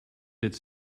its